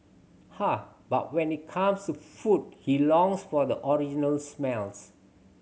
ah but when it comes to food he longs for the original smells